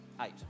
eight